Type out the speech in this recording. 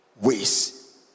ways